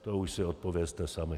To už si odpovězte sami.